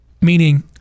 Meaning